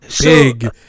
big